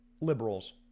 liberals